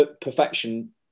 perfection